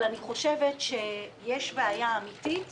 אבל אני חושבת שיש בעיה אמיתית